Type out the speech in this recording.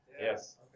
Yes